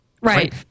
Right